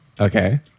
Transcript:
Okay